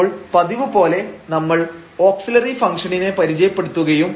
അപ്പോൾ പതിവുപോലെ നമ്മൾ ഓക്സിലറി ഫംഗ്ഷനിനെ പരിചയപ്പെടുത്തുകയും